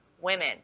women